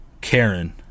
Karen